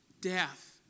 Death